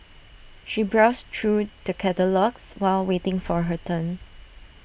she browsed through the catalogues while waiting for her turn